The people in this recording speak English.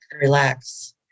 relax